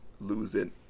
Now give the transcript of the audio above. losing